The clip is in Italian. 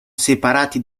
separati